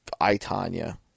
*Itanya*